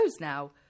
now